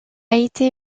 été